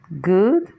good